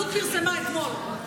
אלו"ט פרסמה אתמול.